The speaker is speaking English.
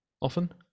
often